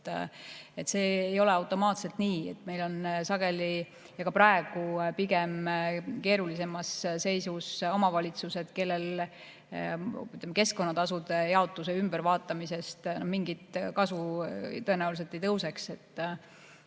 See ei ole automaatselt nii. Meil on sageli ja ka praegu keerulisemas seisus pigem omavalitsused, kellele keskkonnatasude jaotuse ümbervaatamisest mingit kasu tõenäoliselt ei tõuseks.